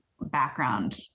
background